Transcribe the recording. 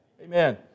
Amen